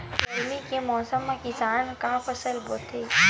गरमी के मौसम मा किसान का फसल बोथे?